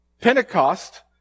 Pentecost